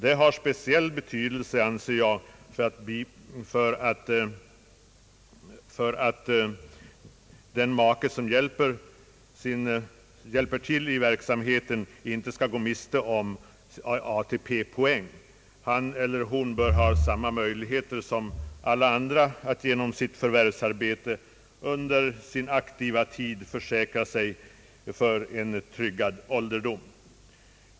Detta har speciell betydelse, anser jag, för att den make som hjälper till i verksamheten inte skall gå miste om ATP-poäng. Han eller hon bör ha samma möjligheter som alla andra att genom sitt förvärvsarbete under sin aktiva tid försäkra sig för en tryggad ålderdom.